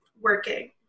working